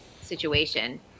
situation